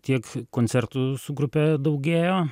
tiek koncertų su grupe daugėjo